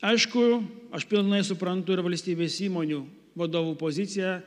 aišku aš pilnai suprantu ir valstybės įmonių vadovų poziciją